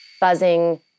buzzing